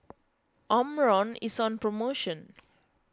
Omron is on promotion